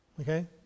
Okay